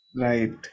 Right